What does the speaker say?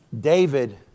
David